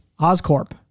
OzCorp